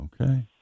Okay